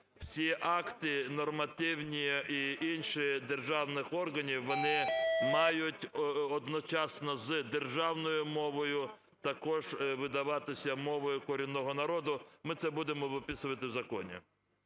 всі акти нормативні і інші державних органів, вони мають, одночасно з державною мовою, також видаватися мовою корінного народу, ми це будемо виписувати в законі.